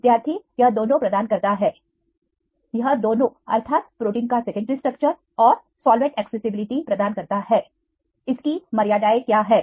विद्यार्थी यह दोनों प्रदान करता है यह दोनों अर्थात प्रोटीन का सेकेंड्री स्ट्रक्चर और सॉल्वेंट एक्सेसिबिलिटी प्रदान करता है इसकी मर्यादाए क्या है